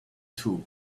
too